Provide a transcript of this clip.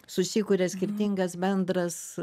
susikuria skirtingas bendras